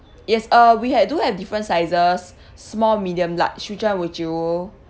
yes uh we had do have different sizes small medium large which one would you